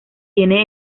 tiene